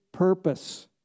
purpose